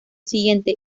siguiente